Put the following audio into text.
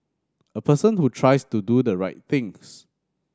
a person who tries to do the right things